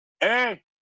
Hey